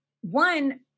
One